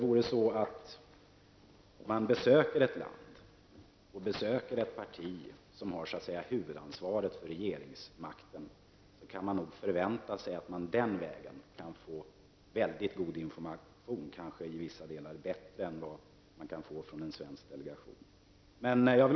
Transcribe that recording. Om man besöker ett land och det parti som har huvudansvaret för regeringsmakten, kan det nog förväntas att man den vägen kan få väldigt god information, åtminstone bättre information än vad som kan fås av en svensk delegation.